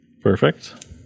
Perfect